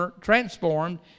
transformed